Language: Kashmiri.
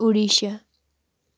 اُڈیشا